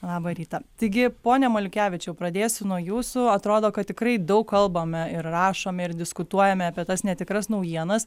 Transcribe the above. labą rytą taigi pone maliukevičiau pradėsiu nuo jūsų atrodo kad tikrai daug kalbame ir rašome ir diskutuojame apie tas netikras naujienas